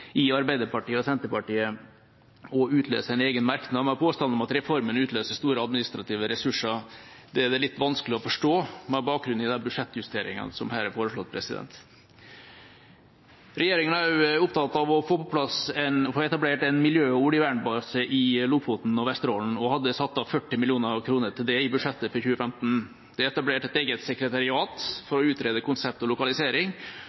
i Arbeiderpartiet og Senterpartiet, og utløser en egen merknad med påstand om at reformen utløser store administrative ressurser. Det er det litt vanskelig å forstå med bakgrunn i de budsjettjusteringene som her er foreslått. Regjeringa er også opptatt av å få etablert en miljø- og oljevernbase i Lofoten og Vesterålen, og hadde satt av 40 mill. kr til det i budsjettet for 2015. Det er etablert et eget sekretariat for å utrede konsept og lokalisering.